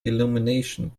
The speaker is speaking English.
illumination